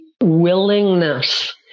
willingness